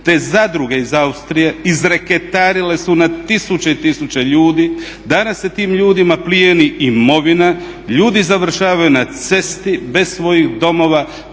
te zadruge iz Austrije izreketarile su na tisuće i tisuće ljudi. Danas se tim ljudima plijeni imovina, ljudi završavaju na cesti bez svojih domova,